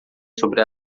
sobre